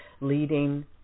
leading